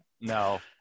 No